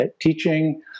teaching